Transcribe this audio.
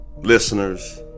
listeners